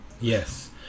yes